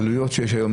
העלויות שיש היום,